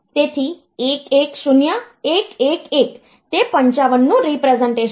તેથી 110111 તે 55 નું રીપ્રેસનટેશન છે